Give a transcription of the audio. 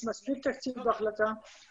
יש מספיק תקציב בהחלטה,